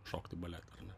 šokti baletą ar ne